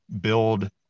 build